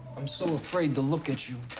i'm so afraid to look at you.